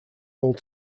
old